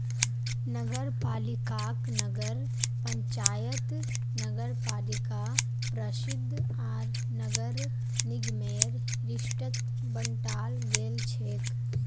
नगरपालिकाक नगर पंचायत नगरपालिका परिषद आर नगर निगमेर लिस्टत बंटाल गेलछेक